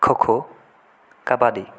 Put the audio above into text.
খো kho kabaddi